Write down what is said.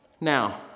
Now